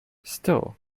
still